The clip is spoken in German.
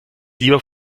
lieber